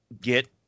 get